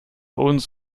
uns